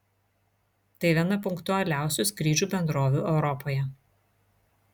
tai viena punktualiausių skrydžių bendrovių europoje